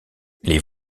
les